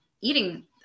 eating